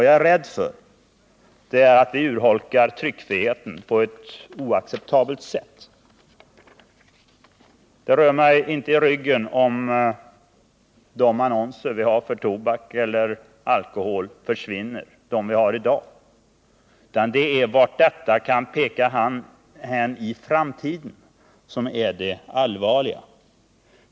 Jag är rädd för att vi urholkar tryckfriheten på ett oacceptabelt sätt. Det rör mig inte i ryggen om de annonser vi i dag har för tobak eller alkohol försvinner. Det är vart detta pekar hän i framtiden som är det allvarliga.